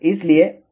इसलिए